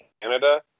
Canada